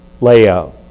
layout